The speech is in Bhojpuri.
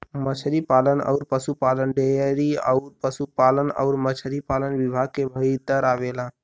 मछरी पालन अउर पसुपालन डेयरी अउर पसुपालन अउरी मछरी पालन विभाग के भीतर आवेला